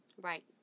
Right